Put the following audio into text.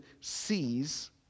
sees